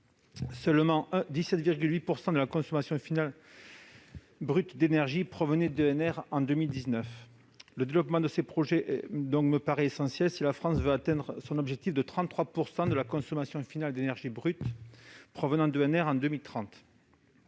seulement 17,8 % de la consommation finale brute d'énergie provenait d'EnR en 2019, le développement de ces projets est essentiel si la France veut atteindre son objectif de 33 % de la consommation finale brute d'énergie provenant d'EnR d'ici à 2030.